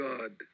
God